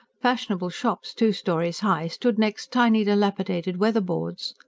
fashionable shops, two storeys high, stood next tiny, dilapidated weatherboards.